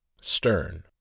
stern